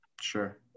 Sure